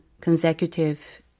consecutive